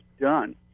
done